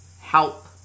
help